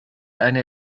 eine